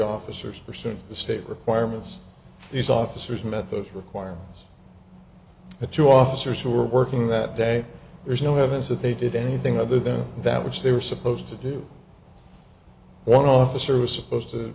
officers or soon the state requirements these officers met those requirements the two officers who were working that day there's no heavens that they did anything other than that which they were supposed to do one officer was supposed to